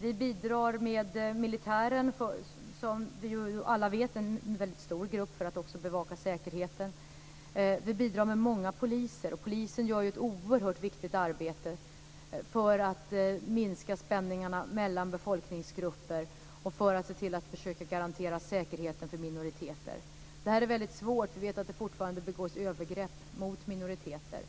Vi bidrar som alla vet med militär, en väldigt stor grupp, för att bevaka säkerheten. Vi bidrar också med många poliser. Polisen gör ett oerhört viktigt arbete för att minska spänningarna mellan befolkningsgrupper och för att se till att försöka garantera säkerheten för minoriteter. Det är ett väldigt svårt arbete. Vi vet att det fortfarande begås övergrepp mot minoriteter.